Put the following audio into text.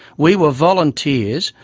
we were volunteers,